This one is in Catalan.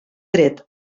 dret